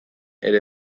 ere